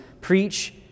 preach